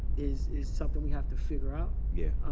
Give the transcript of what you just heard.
is is something we have to figure out. yeah.